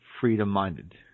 freedom-minded